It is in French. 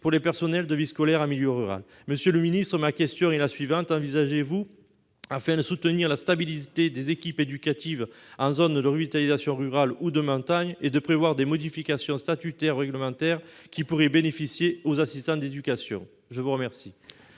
pour les personnels de vie scolaire en milieu rural. Monsieur le ministre, envisagez-vous, afin de soutenir la stabilité des équipes éducatives en zones de revitalisation rurale ou de montagne, de prévoir des modifications statutaires ou réglementaires qui pourraient bénéficier aux assistants d'éducation ? La parole